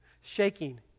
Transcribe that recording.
shaking